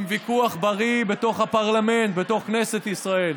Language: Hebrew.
עם ויכוח בריא בתוך הפרלמנט, בתוך כנסת ישראל.